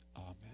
Amen